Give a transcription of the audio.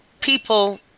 people